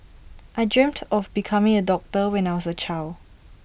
I dreamt of becoming A doctor when I was A child